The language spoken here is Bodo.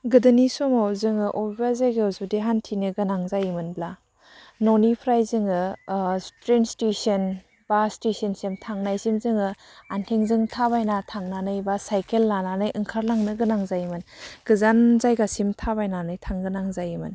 गोदोनि समाव जोङो बबेबा जायगायाव जुदि हान्थिनो गोनां जायोमोनब्ला न'निफ्राय जोङो ट्रेन स्टेसन बास स्टेसनसिम थांनायसिम जोङो आइथिंजों थाबायना थांनानै बा साइकेल लानानै ओंखारलांनो गोनां जायोमोन गोजान जायगासिम थाबायनानै थांनो गोनां जायोमोन